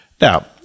Now